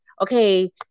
okay